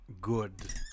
good